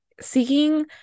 seeking